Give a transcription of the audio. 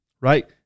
right